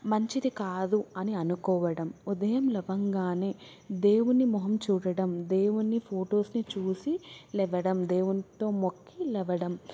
మంచిది కాదు అని అనుకోవడం ఉదయం లెవగానే దేవుని మొహం చూడడం దేవుని ఫొటోస్ని చూసి లెవ్వడం దేవునితో మొక్కి లెవ్వడం